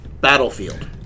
battlefield